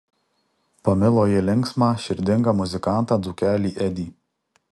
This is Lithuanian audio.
pamilo ji linksmą širdingą muzikantą dzūkelį edį